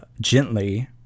gently